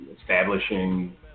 establishing